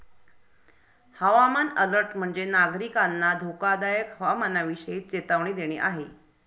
हवामान अलर्ट म्हणजे, नागरिकांना धोकादायक हवामानाविषयी चेतावणी देणे आहे